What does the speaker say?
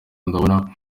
ndabona